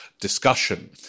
discussion